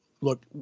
Look